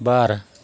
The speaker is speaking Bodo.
बार